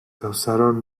causaron